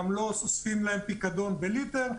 גם לא אוספים להם פיקדון בליטר,